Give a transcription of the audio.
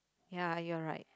ya you're right